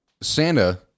Santa